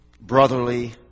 brotherly